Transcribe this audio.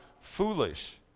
foolish